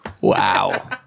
Wow